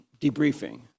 debriefing